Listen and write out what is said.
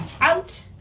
out